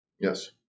Yes